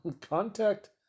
Contact